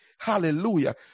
Hallelujah